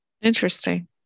Interesting